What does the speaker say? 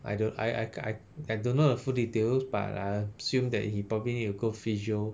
I don't I I I don't know the full details but I assume that he probably need to go physiotherapy